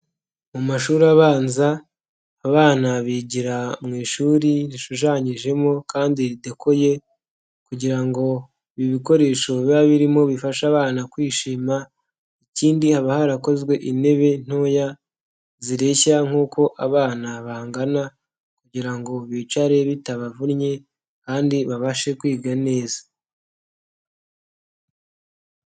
Mu mashuri abanza abana bigira mu ishuri rishushanyijemo kandi rkdecoye kugira ngo ibikoresho biba birimo bifasha abana kwishima, ikindi haba harakozwe intebe ntoya zireshya nk'uko abana bangana kugira ngo bicare bitabavunye kandi babashe kwiga neza.